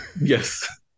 yes